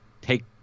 take